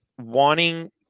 wanting